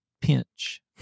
pinch